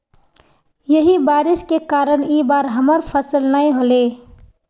यही बारिश के कारण इ बार हमर फसल नय होले?